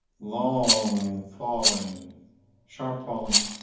long falling sharp falling